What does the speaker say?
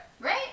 Right